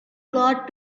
got